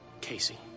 Casey